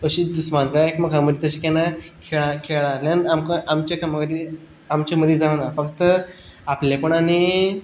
तशीं दुस्मानकाय एकमेका मदीं तशी केन्नाय खेळा खेळांतल्यान आमकां आमकां आमच्या मदीं आमच्या मदीं जावं ना फक्त आपलेपण आनी